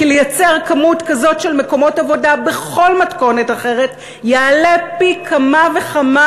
כי לייצר כמות כזאת של מקומות עבודה בכל מתכונת אחרת יעלה פי כמה וכמה